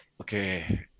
okay